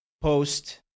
post